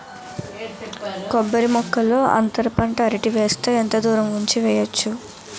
కొబ్బరి మొక్కల్లో అంతర పంట అరటి వేస్తే ఎంత దూరం ఉంచి వెయ్యొచ్చు?